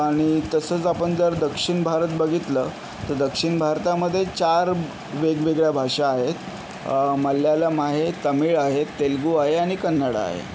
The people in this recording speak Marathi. आणि तसंच आपण जर दक्षिण भारत बघितलं तर दक्षिण भारतामध्ये चार वेगवगळ्या भाषा आहेत मल्याळम आहे तामिळ आहे तेलगू आहे आणि कन्नड आहे